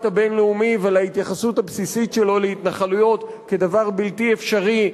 הבין-לאומי ולהתייחסות הבסיסית שלו להתנחלויות כדבר בלתי אפשרי,